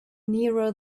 nearer